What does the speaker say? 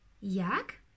Jak